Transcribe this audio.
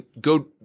go